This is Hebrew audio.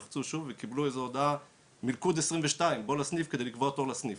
וקיבלו איזה הודעה מקוד 22 בוא לסניף כדי לקבוע תור לסניף.